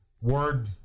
word